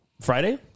Friday